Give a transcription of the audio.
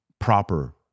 Proper